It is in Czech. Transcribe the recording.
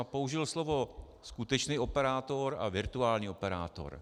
Použil slovo skutečný operátor a virtuální operátor.